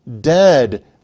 dead